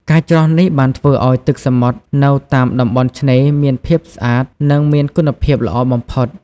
ការច្រោះនេះបានធ្វើឲ្យទឹកសមុទ្រនៅតាមតំបន់ឆ្នេរមានភាពស្អាត និងមានគុណភាពល្អបំផុត។